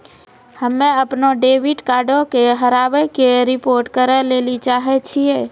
हम्मे अपनो डेबिट कार्डो के हेराबै के रिपोर्ट करै लेली चाहै छियै